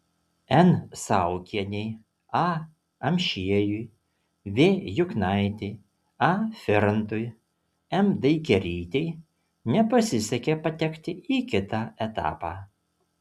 n saukienei a amšiejui v juknaitei a firantui m daikerytei nepasisekė patekti į kitą etapą